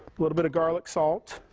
little bit of garlic salt.